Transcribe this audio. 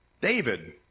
David